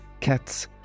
Cats